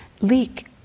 leak